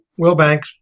Wilbanks